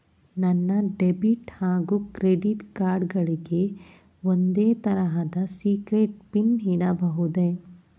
ನನ್ನ ಡೆಬಿಟ್ ಹಾಗೂ credit card ಗಳಿಗೆ ಒಂದೇ ತರಹದ ಸೀಕ್ರೇಟ್ ಪಿನ್ ಇಡಬಹುದೇ?